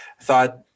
thought